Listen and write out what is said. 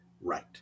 right